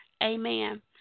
Amen